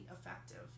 effective